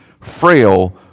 frail